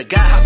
God